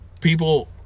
people